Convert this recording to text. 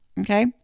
Okay